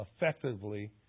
effectively